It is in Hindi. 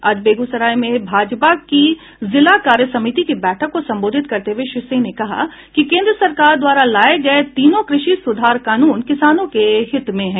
आज बेगूसराय में भाजपा की जिला कार्यसमिति की बैठक को संबोधित करते हुए श्री सिंह ने कहा कि केन्द्र सरकार द्वारा लाये गये तीनों कृषि सुधार कानून किसानों के हित में है